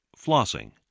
flossing